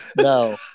No